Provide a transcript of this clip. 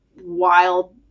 wild